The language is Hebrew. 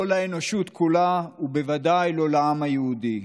לא לאנושות כולה ובוודאי לא לעם היהודי.